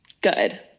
Good